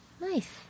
Nice